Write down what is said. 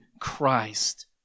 Christ